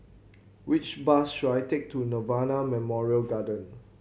which bus should I take to Nirvana Memorial Garden